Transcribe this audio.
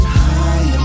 high